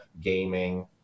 gaming